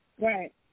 Right